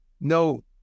No